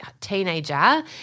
teenager